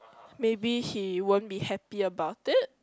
maybe he won't be happy about it